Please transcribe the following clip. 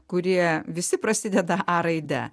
kurie visi prasideda a raide